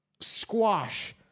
squash